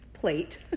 plate